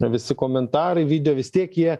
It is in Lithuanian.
visi komentarai video vis tiek jie